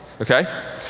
okay